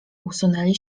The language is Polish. usunęli